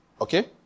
okay